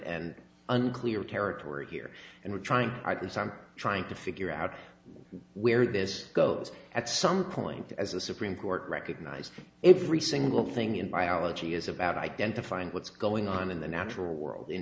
and unclear territory here and we're trying this i'm trying to figure out where this goes at some point as a supreme court recognized every single thing in biology is about identifying what's going on in the natural world in